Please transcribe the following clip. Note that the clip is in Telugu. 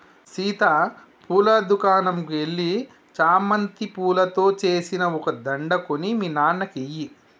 సీత పూల దుకనంకు ఎల్లి చామంతి పూలతో సేసిన ఓ దండ కొని మీ నాన్నకి ఇయ్యి